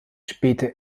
späte